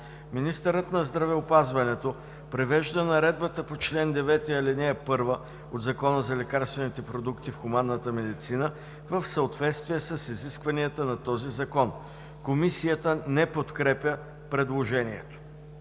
министърът на здравеопазването привежда Наредбата по чл. 9, ал. 1 от Закона за лекарствените продукти в хуманната медицина в съответствие с изискванията на този закон.“ Комисията не подкрепя предложението.